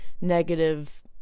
negative